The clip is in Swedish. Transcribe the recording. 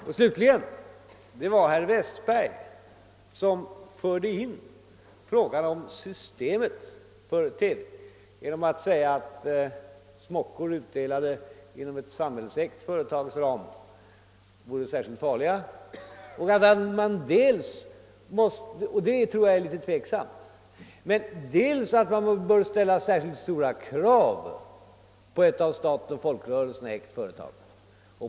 Till slut vill jag erinra om att det var herr Westberg som förde in frågan om systemet för TV genom att säga för det första att smockor, utdelade inom ett samhällsägt företags ram, vore särskilt farliga — detta tror jag dock är tveksamt — och för det andra att man bör ställa särskilt stora krav på ett av staten och folkrörelserna ägt företag.